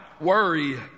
Worry